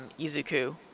Izuku